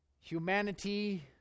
Humanity